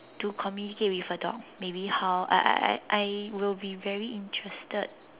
to communicate with a dog maybe how I I I I will be very interested